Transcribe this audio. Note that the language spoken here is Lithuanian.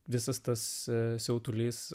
visas tas siautulys